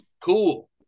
Cool